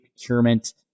procurement